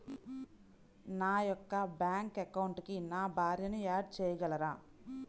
నా యొక్క బ్యాంక్ అకౌంట్కి నా భార్యని యాడ్ చేయగలరా?